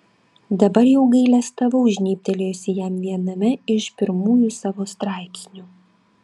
dabar jau gailestavau žnybtelėjusi jam viename iš pirmųjų savo straipsnių